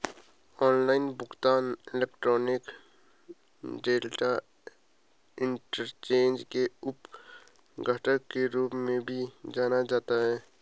online भुगतान electronic data interchange के उप घटक के रूप में भी जाना जाता है